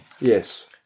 Yes